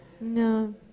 No